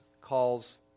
calls